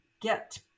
get